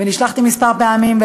ונשלחתי כמה פעמים,